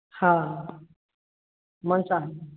हाँ मन चाहे